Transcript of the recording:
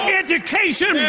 education